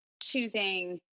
choosing